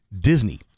Disney